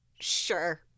Sure